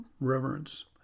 reverence